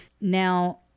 Now